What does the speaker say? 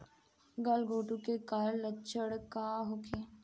गलघोंटु के कारण लक्षण का होखे?